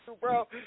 bro